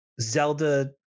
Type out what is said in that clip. Zelda